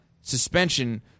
suspension